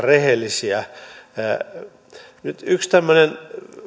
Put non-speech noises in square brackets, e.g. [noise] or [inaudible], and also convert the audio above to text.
[unintelligible] rehellisiä yksi tämmöinen